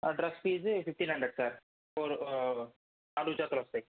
ఆ dress fee fifteen hundred sir four నాలుగు జతలొస్తాయి